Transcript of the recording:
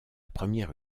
première